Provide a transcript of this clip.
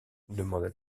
demanda